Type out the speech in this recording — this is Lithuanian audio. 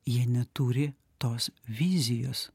jie neturi tos vizijos